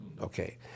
Okay